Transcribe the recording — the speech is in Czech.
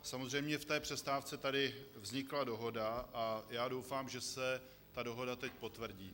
Samozřejmě v přestávce tady vznikla dohoda a já doufám, že se ta dohoda teď potvrdí.